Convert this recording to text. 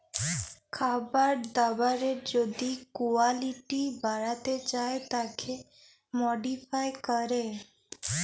খাবার দাবারের যদি কুয়ালিটি বাড়াতে চায় তাকে মডিফাই ক্যরে